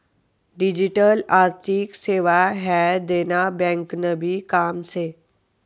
digital आर्थिक सेवा ह्या देना ब्यांकनभी काम शे